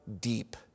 deep